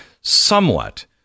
somewhat